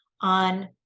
on